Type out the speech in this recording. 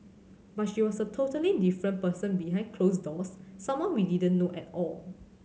but she was a totally different person behind closed doors someone we didn't know at all